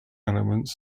elements